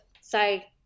say